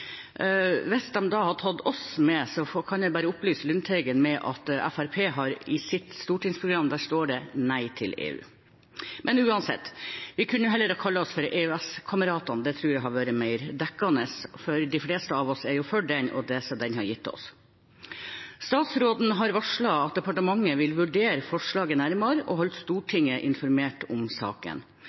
da har tatt oss med, kan jeg bare opplyse Lundteigen om at i Fremskrittspartiets stortingsprogram står det nei til EU. Men uansett, vi kunne heller ha kalt oss for EØS-kameratene, det tror jeg hadde vært mer dekkende, for de fleste av oss er for EØS-avtalen og det den har gitt oss. Statsråden har varslet at departementet vil vurdere forslaget nærmere og holde Stortinget informert om saken.